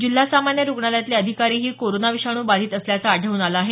जिल्हा सामान्य रुग्णालयातले अधिकारीही कोरोना विषाणू बाधित असल्याचं आढळून आलं आहे